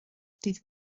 dydd